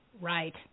Right